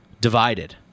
divided